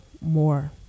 More